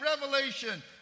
revelation